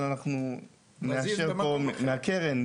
אבל אנחנו נאפשר פה מהקרן,